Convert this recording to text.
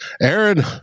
Aaron